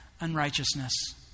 unrighteousness